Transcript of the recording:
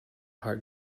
heart